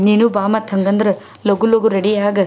ನೀನು ಬಾ ಮತ್ತು ಹಂಗಂದ್ರೆ ಲಘು ಲಘು ರೆಡಿ ಆಗು